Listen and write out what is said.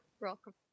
welcome